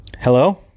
Hello